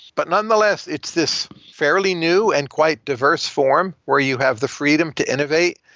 but nonetheless, it's this fairly new and quite diverse form where you have the freedom to innovate,